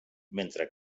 mentre